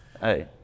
hey